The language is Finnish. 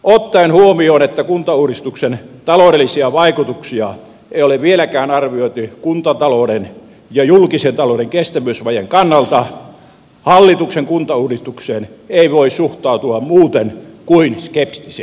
ottaen huomioon että kuntauudistuksen ta loudellisia vaikutuksia ei ole vieläkään arvioitu kuntatalouden ja julkisen talouden kestävyysvajeen kannalta hallituksen kuntauudistukseen ei voi suhtautua muuten kuin skeptisesti